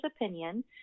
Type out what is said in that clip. opinion